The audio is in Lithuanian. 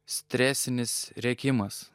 stresinis rėkimas